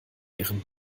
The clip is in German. ihren